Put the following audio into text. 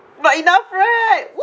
but enough right